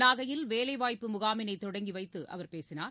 நாகையில் வேலைவாய்ப்பு முகாமினைதொடங்கிவைத்துஅவர் பேசினார்